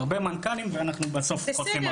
הרבה מנכ"לים ואנחנו בסוף חוטפים הכול.